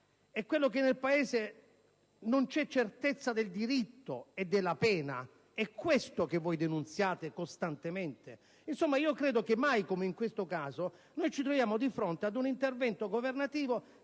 denunciando che nel Paese non c'è certezza del diritto e della pena? È questo che voi denunziate costantemente? Insomma, credo che mai come in questo caso ci troviamo di fronte ad un intervento governativo